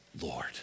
Lord